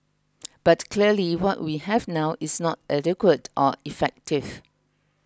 but clearly what we have now is not adequate or effective